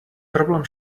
problem